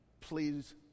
Please